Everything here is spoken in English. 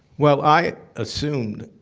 well i assumed,